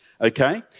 Okay